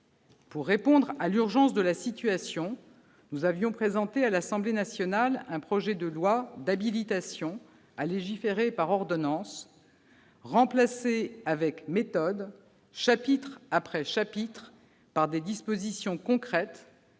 Pour répondre à l'urgence de la situation, nous avions présenté à l'Assemblée nationale un projet de loi d'habilitation à légiférer par ordonnances, qui s'est vu remplacé, avec méthode, chapitre après chapitre, par des dispositions concrètes,